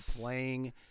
playing